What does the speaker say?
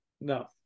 No